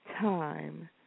time